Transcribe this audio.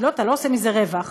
כי אתה לא עושה מזה רווח.